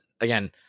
again